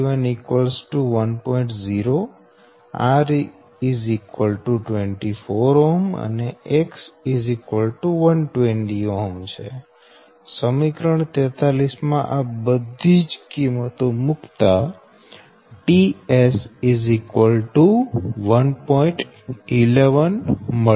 0 R 24 Ω X 120 Ω સમીકરણ 43 માં આ બધી કિંમતો મુકતા ts 1 1 2820 21120127